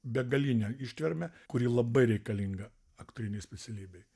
begalinę ištvermę kuri labai reikalinga aktorinei specialybei